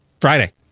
Friday